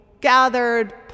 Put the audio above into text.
gathered